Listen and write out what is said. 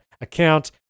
account